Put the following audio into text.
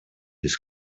his